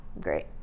great